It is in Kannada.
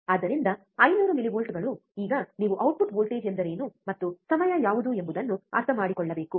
ಆದ್ದರಿಂದ 500 ಮಿಲಿವೋಲ್ಟ್ಗಳು ಈಗ ನೀವು ಔಟ್ಪುಟ್ ವೋಲ್ಟೇಜ್ ಎಂದರೇನು ಮತ್ತು ಸಮಯ ಯಾವುದು ಎಂಬುದನ್ನು ಅರ್ಥಮಾಡಿಕೊಳ್ಳಬೇಕು